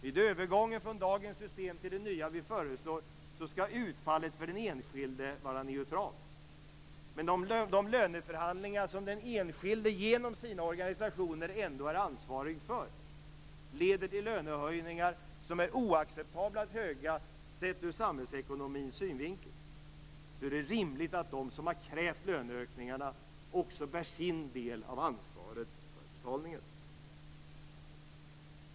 Vid övergången från dagens system till det nya som vi föreslår skall utfallet för den enskilde vara neutralt. Om de löneförhandlingar som den enskilde genom sina organisationer ändå är ansvarig för leder till löneökningar som är oacceptabelt höga sett ur samhällsekonomins synvinkel, är det rimligt att de som har krävt löneökningarna också bär sin del av ansvaret för betalningen.